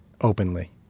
openly